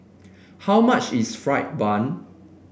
how much is fried bun